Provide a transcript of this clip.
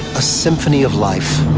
a symphony of life.